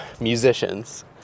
musicians